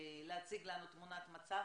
להציג לנו תמונת מצב,